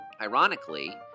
Ironically